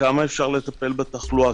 עד כמה אפשר לטפל בתחלואה,